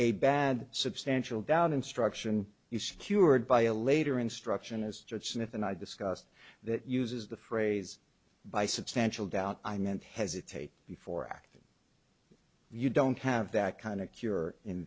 a bad substantial down instruction you secured by a later instruction is judge smith and i discussed that uses the phrase by substantial doubt i meant hesitate before acting you don't have that kind of cure in